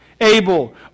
Abel